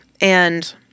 And-